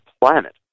planet